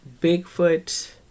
Bigfoot